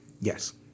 Yes